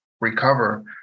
recover